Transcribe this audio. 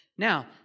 Now